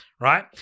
right